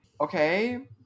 Okay